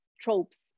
tropes